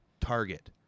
target